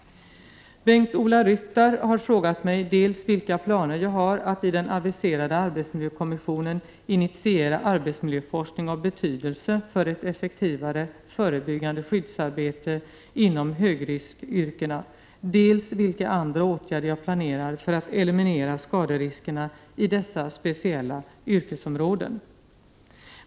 Bengt-Ola Ryttar har frågat mig dels vilka planer jag har att i den aviserade arbetsmiljökommissionen initiera arbetsmiljöforskning av betydelse för ett effektivare förebyggande skyddsarbete inom högriskyrkena, dels vilka andra åtgärder jag planerar för att eliminera skaderiskerna i dessa speciella yrkesområden.